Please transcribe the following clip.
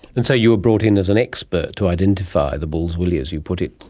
and so you were brought in as an expert to identify the bull's willy, as you put it.